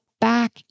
back